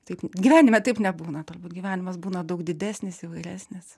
taip gyvenime taip nebūna turbūt gyvenimas būna daug didesnis įvairesnis